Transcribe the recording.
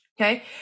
Okay